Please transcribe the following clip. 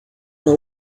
know